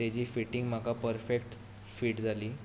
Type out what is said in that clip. ताजी फिटींग म्हाका perfect fit जाली